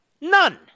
None